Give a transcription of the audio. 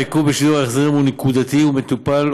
העיכוב בשידור ההחזרים הוא נקודתי ומטופל,